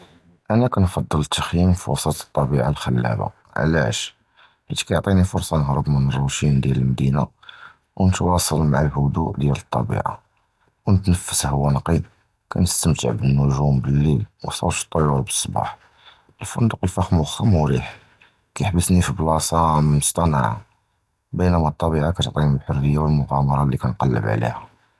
אִנַא קִנְפַדַּל אִל-תִ'חִ'יִּים פִיוּסְט אִל-טַבִיעָה אִל-חֻלָּאבָה, עַלַאש? חִית קִתְּעַטִּי פְרְסָה נִהְרֵב מִן דִיַּל אִל-מַדִינָה, וְנִתְתַוְסַל מַע אִל-הֻדוּء דִיַּל אִל-טַבִיעָה, וְנִתְנַפַס הוּוַא נַקִי, קִנְסְתַמְתַע בַּאִל-נְגּוּם בַּאִל-לֵיל, וְסוּט אִל-טֻיוּר בַּאִל-סְבָּاح. אִל-פוֹנְדְק אִל-פַחְם וַחְכָּא מְרִיח, קִיְחַבְּסְנִי פִי בְּלַאסַה מֻסְטַנְעַה, בִּמְיְנָאא אִל-טַבִיעָה קִתְּעַטִּי אִל-חֻרִיָּה וְאִל-מֻגַ'אמַרָה אִלִי קִנְקַדַּר עַלַהָא.